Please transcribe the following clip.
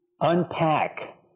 unpack